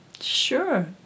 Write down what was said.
Sure